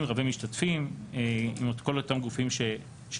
רבי משתתפים עם כל אותם גופים שציינתי.